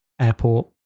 airport